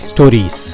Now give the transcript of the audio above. Stories